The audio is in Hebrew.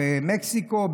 במקסיקו,